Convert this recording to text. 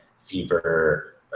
fever